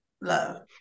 love